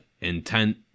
intent